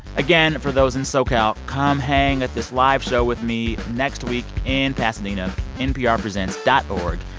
again, for those in socal, come hang at this live show with me next week in pasadena nprpresents dot org.